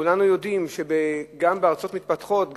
כולנו יודעים שגם בארצות מתפתחות,